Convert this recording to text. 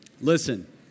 listen